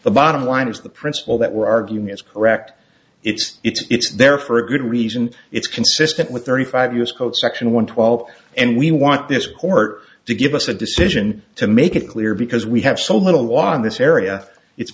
the bottom line is the principle that we're arguing is correct it's it's there for a good reason it's consistent with thirty five us code section one twelve and we want this court to give us a decision to make it clear because we have so little law in this area it's